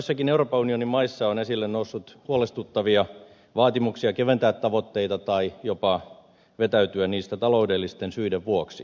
joissakin euroopan unionin maissa on esille noussut huolestuttavia vaatimuksia keventää tavoitteita tai jopa vetäytyä niistä taloudellisten syiden vuoksi